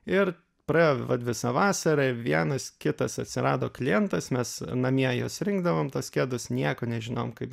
ir praėjo vat visą vasarą ir vienas kitas atsirado klientas mes namie juos rinkdavome tuos kedus nieko nežinojom kaip